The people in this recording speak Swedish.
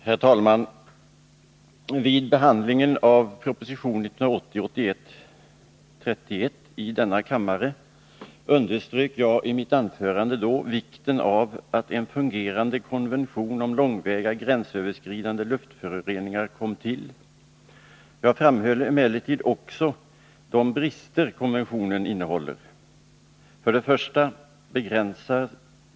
Herr talman! Vid behandling av proposition 1980/81:31 i denna kammare underströk jag i mitt anförande vikten av att en fungerande konvention om långväga gränsöverskridande luftföroreningar kom till. Jag framhöll emellertid också de brister konventionen innehåller: 1.